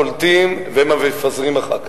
הם הקולטים והם המפזרים אחר כך.